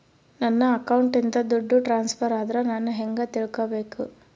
ನನ್ನ ಅಕೌಂಟಿಂದ ದುಡ್ಡು ಟ್ರಾನ್ಸ್ಫರ್ ಆದ್ರ ನಾನು ಹೆಂಗ ತಿಳಕಬೇಕು?